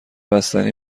بستنی